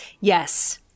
Yes